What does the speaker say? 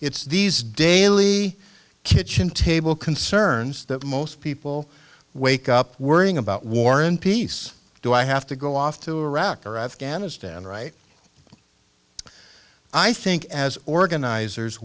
it's these daily kitchen table concerns that most people wake up worrying about war and peace do i have to go off to iraq or afghanistan right i think as organizers